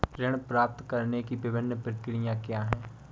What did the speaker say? ऋण प्राप्त करने की विभिन्न प्रक्रिया क्या हैं?